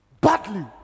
Badly